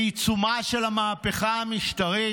בעיצומה של המהפכה המשטרית,